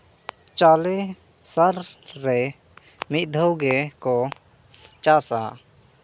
ᱪᱟᱣᱞᱮ ᱥᱟᱞ ᱨᱮ ᱢᱤᱫ ᱫᱷᱟᱹᱣ ᱜᱮᱠᱚ ᱪᱟᱥᱼᱟ